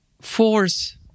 force